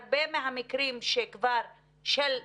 הרבה ממקרי הרצח,